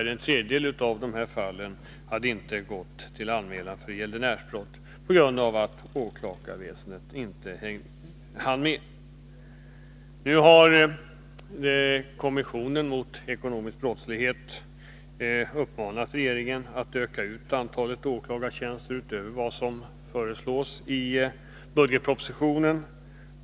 En tredjedel av dessa fall hade inte gått till anmälan om gäldenärsbrott på grund av att åklagarväsendet inte hann med. Nu har kommissionen mot ekonomisk brottslighet uppmanat regeringen att öka antalet åklagartjänster utöver vad som föreslås i budgetpropositionen.